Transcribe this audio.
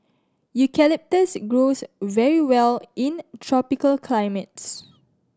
eucalyptus grows very well in tropical climates